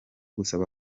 gusaba